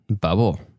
bubble